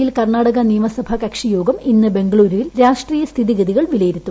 യിൽ കർണാടക നിയമസഭാ കക്ഷിയോഗം ഇന്ന് ബംഗളൂരൂവിൽ രാഷ്ട്രീയ സ്ഥിതി ഗതികൾ വിലയിരുത്തും